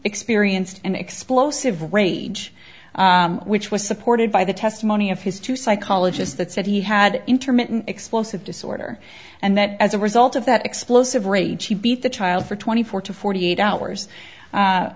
experienced an explosive rage which was supported by the testimony of his two psychologists that said he had intermittent explosive disorder and that as a result of that explosive rage he beat the child for twenty four to forty eight hours